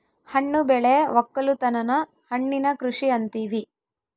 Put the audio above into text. ಹಣ್ಣು ಬೆಳೆ ವಕ್ಕಲುತನನ ಹಣ್ಣಿನ ಕೃಷಿ ಅಂತಿವಿ